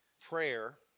prayer